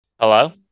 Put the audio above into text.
Hello